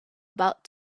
about